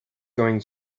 going